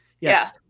Yes